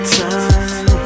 time